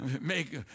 make